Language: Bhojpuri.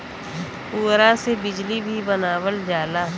पुवरा से बिजली भी बनावल जाला